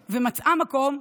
שהיא גרה ומצאה מקום.